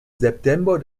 september